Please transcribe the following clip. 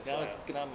that's why ah